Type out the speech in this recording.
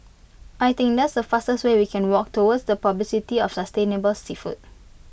I think that's the fastest way we can work towards the publicity of sustainable seafood